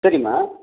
சரிம்மா